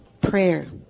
prayer